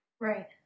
right